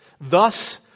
Thus